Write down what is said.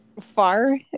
Far